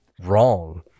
wrong